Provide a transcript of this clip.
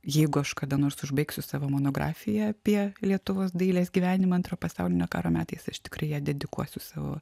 jeigu aš kada nors užbaigsiu savo monografiją apie lietuvos dailės gyvenimą antro pasaulinio karo metais iš tikrai ją dedikuosiu savo